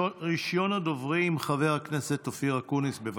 ראשון הדוברים, חבר הכנסת אופיר אקוניס, בבקשה.